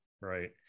Right